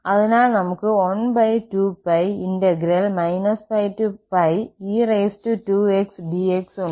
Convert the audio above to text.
അതിനാൽ നമുക്ക് 12π πe2xdx ഉണ്ട്